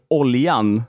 oljan